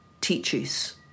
teaches